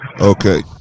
Okay